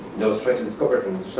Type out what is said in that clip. know, try to discover things